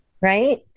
right